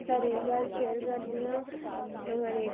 ਹਰੇਕ ਗੱਲ ਸ਼ੇਅਰ ਕਰਦੀ ਹਾਂ ਹਰੇਕ